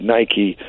Nike